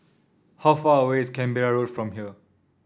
how far away is Canberra Road from here